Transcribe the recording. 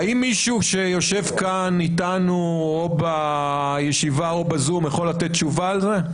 האם מישהו שיושב כאן איתנו בישיבה או בזום יכול לתת תשובה על זה?